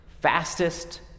fastest